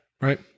right